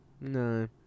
No